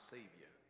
Savior